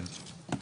כן,